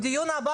בדיון הבא